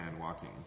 walking